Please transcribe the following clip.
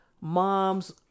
moms